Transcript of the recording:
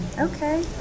Okay